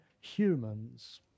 humans